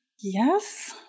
Yes